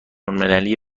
الملی